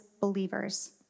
believers